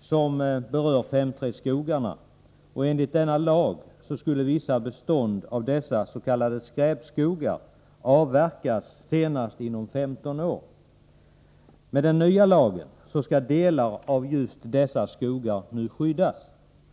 som berör 5:3-skogarna, och enligt denna lag skulle vissa bestånd av dessa s.k. skräpskogar avverkas senast inom 15 år. Enligt den nya lagen skall nu delar av just dessa skogar skyddas.